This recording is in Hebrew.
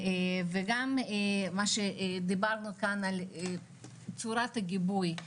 וגם מה שדיברנו כאן על צורת הגיבוי,